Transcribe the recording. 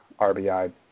RBI